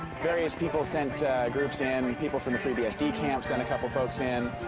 various people sent groups in, and people from freebsd camp sent a couple of folks in.